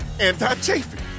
anti-chafing